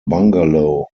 bungalow